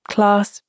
Class